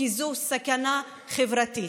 כי זו סכנה חברתית.